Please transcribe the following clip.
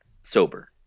Sober